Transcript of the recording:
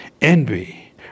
envy